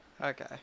Okay